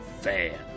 Fan